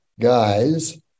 guys